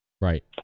Right